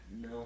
No